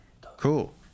Cool